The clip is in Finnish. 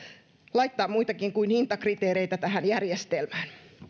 laittaa muitakin kuin hintakriteereitä tähän järjestelmään